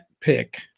pick